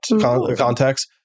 context